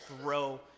throw